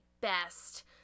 best